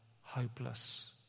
hopeless